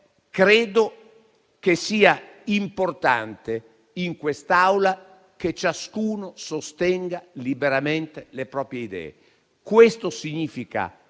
Colleghi, è importante, in quest'Aula, che ciascuno sostenga liberamente le proprie idee. Questo significa